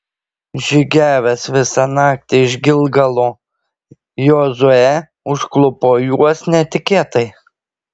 žygiavęs visą naktį iš gilgalo jozuė užklupo juos netikėtai